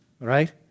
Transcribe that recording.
right